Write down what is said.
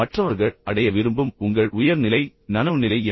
மற்றவர்கள் அடைய விரும்பும் உங்கள் உயர் நிலை நனவுநிலை என்ன